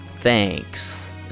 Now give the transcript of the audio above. Thanks